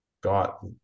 got